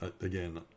again